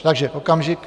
Takže okamžik.